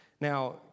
Now